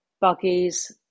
buggies